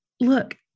look